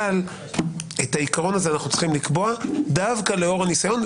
אבל את העיקרון הזה אנחנו צריכים לקבוע דווקא לאור הניסיון,